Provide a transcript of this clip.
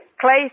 Clay